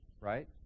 right